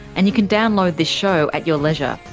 and you can download this show at your leisure.